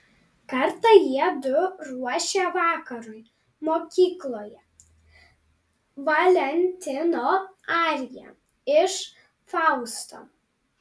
kartą jiedu ruošė vakarui mokykloje valentino ariją iš fausto